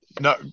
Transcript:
No